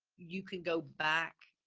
you can go back,